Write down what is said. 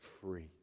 free